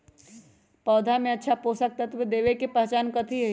पौधा में अच्छा पोषक तत्व देवे के पहचान कथी हई?